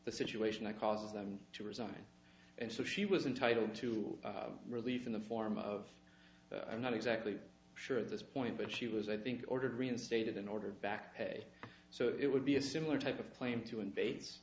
the situation i caused them to resign and so she was entitled to relief in the form of i'm not exactly sure of this point but she was i think ordered reinstated in order backpay so it would be a similar type of claim to